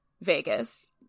Vegas